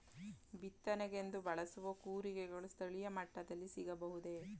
ಬಿತ್ತನೆಗೆಂದು ಬಳಸುವ ಕೂರಿಗೆಗಳು ಸ್ಥಳೀಯ ಮಟ್ಟದಲ್ಲಿ ಸಿಗಬಹುದೇ?